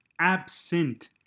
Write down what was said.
absent